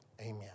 Amen